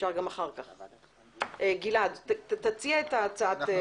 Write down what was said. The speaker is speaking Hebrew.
ומה שהצענו